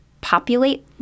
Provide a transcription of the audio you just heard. populate